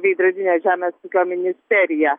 veidrodinė žemės ūkio ministerija